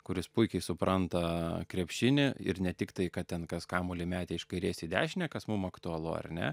kuris puikiai supranta krepšinį ir ne tik tai kad ten kas kamuolį metė iš kairės į dešinę kas mum aktualu ar ne